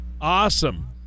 Awesome